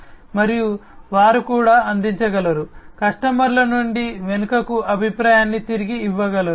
మరియు వారు కూడా అందించగలరు కస్టమర్ల నుండి వెనుకకు అభిప్రాయాన్ని తిరిగి ఇవ్వగలరు